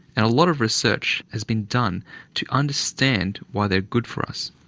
and a lot of research has been done to understand why they are good for us.